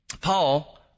Paul